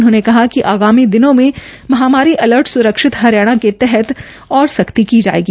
उन्होंने कहा कि आगामी दिनों में महामारी अलर्ट स्रक्षित हरियाणा के तहत और सख्ती की जाएगी